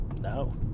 No